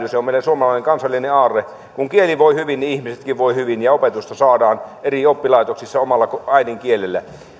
se on meidän suomalainen kansallinen aarre kun kieli voi hyvin niin ihmisetkin voivat hyvin ja opetusta saadaan eri oppilaitoksissa omalla äidinkielellä